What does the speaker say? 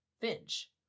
Finch